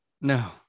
No